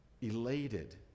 elated